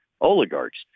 oligarchs